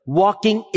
walking